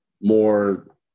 more